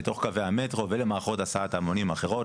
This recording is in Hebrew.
לתוך קווי המטרו ולמערכות הסעת המונים אחרות,